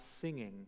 singing